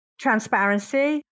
transparency